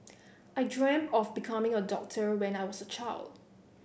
I dreamt of becoming a doctor when I was a child